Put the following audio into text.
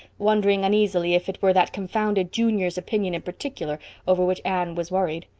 wondering uneasily if it were that confounded junior's opinion in particular over which anne was worried.